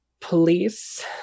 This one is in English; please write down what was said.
police